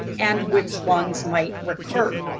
and which lungs might recur.